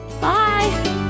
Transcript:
Bye